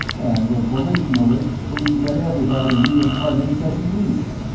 and the volitionalists believe that everybody reincarnates as he pleases,